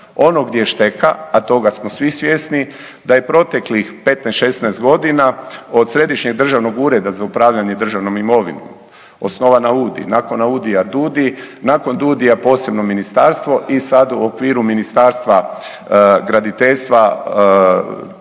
Središnjeg državnog ureda za upravljanjem državnom imovinom od Središnjeg državnog ureda za upravljanje državnom imovinom, osnovan AUDI, nakon AUDI-a, DUDI, nakon DUDI-a posebno ministarstvo i sad u okviru Ministarstva graditeljstva